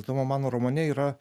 tomo mano romane yra